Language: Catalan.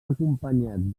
acompanyat